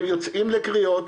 הם יוצאים לקריאות,